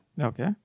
Okay